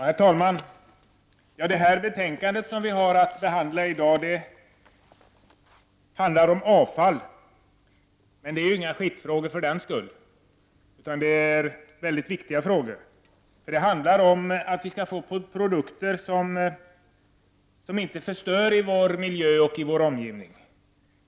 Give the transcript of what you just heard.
Herr talman! Det betänkande som vi nu behandlar handlar om avfall, men det är för den skull inga skitfrågor, utan det är mycket viktiga frågor. De handlar om att vi skall få produkter som inte förstör vår miljö och vår omgivning.